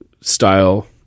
style